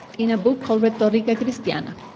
in a book called rhetorica christiana.